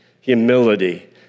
Humility